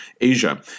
Asia